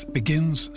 begins